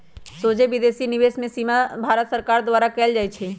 सोझे विदेशी निवेश के सीमा भारत सरकार द्वारा कएल जाइ छइ